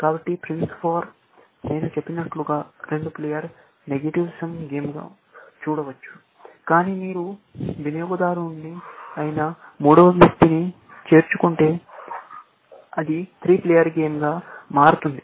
కాబట్టి price war నేను చెప్పినట్లుగా రెండు ప్లేయర్ నెగెటివ్ సమ్ గేమ్గా చూడవచ్చు కాని మీరు వినియోగదారుని అయిన మూడవ వ్యక్తిని చేర్చుకుంటే అది 3 ప్లేయర్ గేమ్గా మారుతుంది